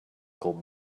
called